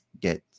get